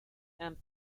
and